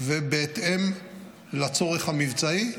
ובהתאם לצורך המבצעי,